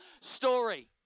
story